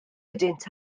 ydynt